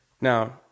Now